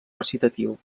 recitatiu